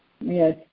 Yes